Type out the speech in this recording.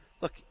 Look